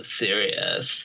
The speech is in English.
serious